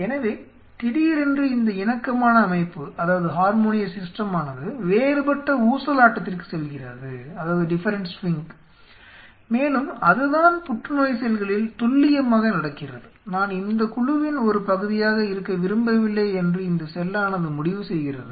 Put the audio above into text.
எனவே திடீரென்று இந்த இணக்கமான அமைப்பு வேறுபட்ட ஊசலாட்டத்திற்கு செல்கிறது மேலும் அதுதான் புற்றுநோய் செல்களில் துல்லியமாக நடக்கிறது நான் இந்த குழுவின் ஒரு பகுதியாக இருக்க விரும்பவில்லை என்று இந்த செல்லானது முடிவு செய்கிறது